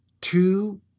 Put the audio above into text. two